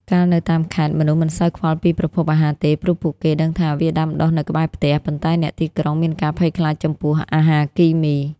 កាលនៅតាមខេត្ត មនុស្សមិនសូវខ្វល់ពីប្រភពអាហារទេ ព្រោះពួកគេដឹងថាវាដាំដុះនៅក្បែរផ្ទះ ប៉ុន្តែអ្នកទីក្រុងមានការភ័យខ្លាចចំពោះ "អាហារគីមី"។